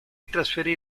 trasferì